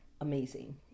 amazing